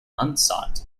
unsought